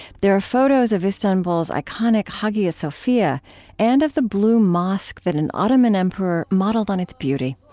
there are photos of istanbul's iconic hagia sophia and of the blue mosque that an ottoman emperor modeled on its beauty.